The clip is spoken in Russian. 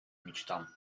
мечтам